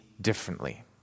differently